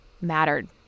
mattered